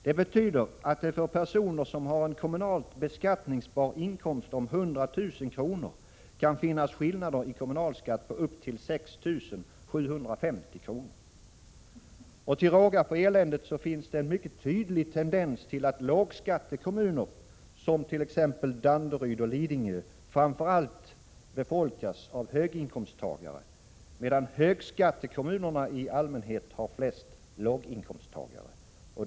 Det betyder, att det för personer som har en kommunalt beskattningsbar inkomst om 100 000 kr. kan finnas skillnader i kommunalskatt på upp till 6 750 kr. Till råga på eländet så finns det en mycket tydlig tendens till att lågskattekommuner, t.ex. Danderyd och Lidingö, framför allt befolkas av höginkomsttagare, medan högskattekommunerna i allmänhet har flest låginkomsttagare.